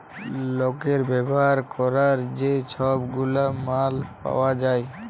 লকের ব্যাভার ক্যরার যে ছব গুলা মাল পাউয়া যায়